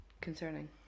concerning